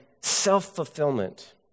self-fulfillment